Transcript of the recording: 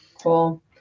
Cool